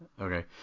Okay